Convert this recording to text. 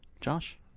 Josh